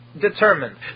determined